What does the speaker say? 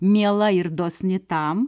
miela ir dosni tam